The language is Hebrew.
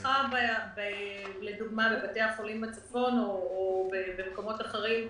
התמיכה בבתי החולים בצפון או במקומות אחרים,